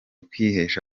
kwihesha